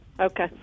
okay